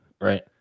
Right